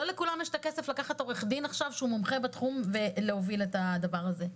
לא לכולם יש כסף לקחת עורך דין שהוא מומחה בתחום ולהוביל את הדבר הזה.